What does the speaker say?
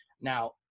Now